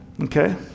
Okay